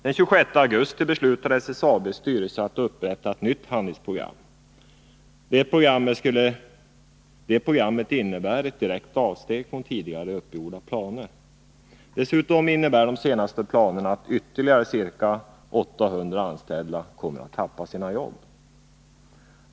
Den 26 augusti beslutade SSAB:s styrelse att upprätta ett nytt handlings Om SSAB:s verkprogram. Det programmet innebär ett direkt avsteg från tidigare uppgjorda planer. Dessutom innebär de senaste planerna att ytterligare ca 800 anställda kommer att tappa sina jobb.